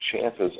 chances